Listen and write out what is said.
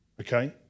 okay